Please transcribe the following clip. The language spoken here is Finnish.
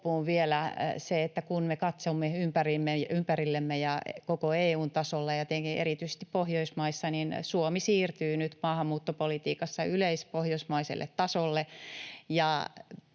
todeta vielä sen, että kun me katsomme ympärillemme koko EU:n tasolla ja tietenkin erityisesti Pohjoismaissa, niin Suomi siirtyy nyt maahanmuuttopolitiikassa yleispohjoismaiselle tasolle.